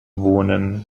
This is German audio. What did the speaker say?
wohnen